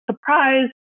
surprise